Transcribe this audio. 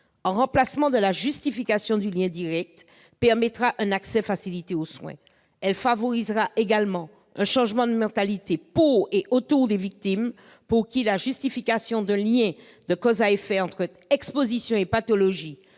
en remplacement de la justification du lien direct, permettra un accès facilité aux soins. Elle favorisera également un changement de mentalité pour et autour des victimes, pour lesquelles la justification de l'existence d'un lien de cause à effet entre exposition et pathologie,